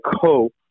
cope